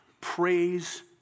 praise